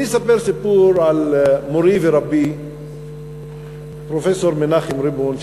אני אספר סיפור על מורי ורבי פרופסור מנחם רבהון,